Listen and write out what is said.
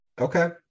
Okay